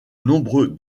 nombreux